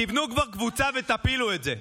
תבנו כבר קבוצה ותפילו את זה.